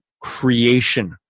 creation